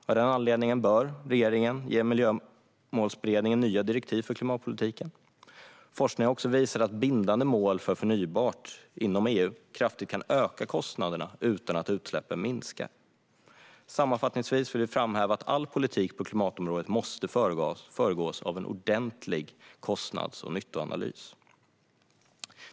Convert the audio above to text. Av den anledningen bör regeringen ge Miljömålsberedningen nya direktiv för klimatpolitiken. Forskning har visat att bindande mål för förnybart inom EU kraftigt kan öka kostnaderna utan att utsläppen minskar. Sammanfattningsvis vill vi framhäva att all politik på klimatområdet måste föregås av en ordentlig kostnads och nyttoanalys.